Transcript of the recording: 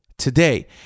today